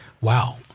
Wow